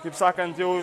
kaip sakant jau